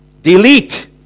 Delete